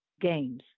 Games